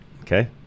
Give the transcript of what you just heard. Okay